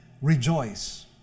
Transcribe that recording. rejoice